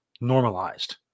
normalized